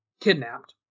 kidnapped